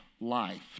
life